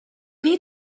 need